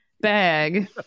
Bag